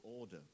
order